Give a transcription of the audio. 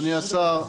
אדוני השר,